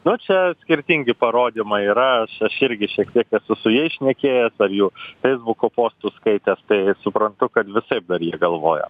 nu čia skirtingi parodymai yra aš aš irgi šiek tiek esu su jais šnekėjęs ar jų feisbuko postų skaitęs tai suprantu kad visaip dar jie galvoja